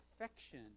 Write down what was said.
affection